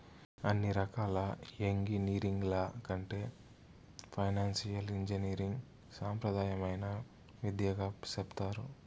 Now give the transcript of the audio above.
అన్ని రకాల ఎంగినీరింగ్ల కంటే ఫైనాన్సియల్ ఇంజనీరింగ్ సాంప్రదాయమైన విద్యగా సెప్తారు